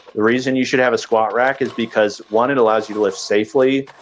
the reason you should have a squat rack is because one, it allows you to lift safely.